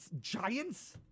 Giants